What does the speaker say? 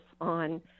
on